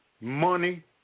money